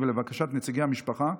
ולבקשת נציגי המשפחה,